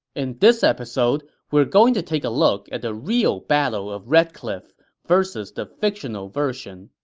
in this episode, we are going to take a look at the real battle of red cliff versus the fictional version.